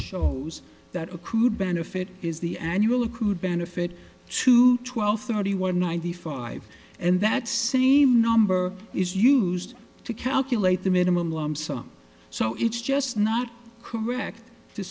shows that accrued benefit is the annual accrued benefit to twelve thirty one ninety five and that seems number is used to calculate the minimum lump sum so it's just not correct to